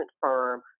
firm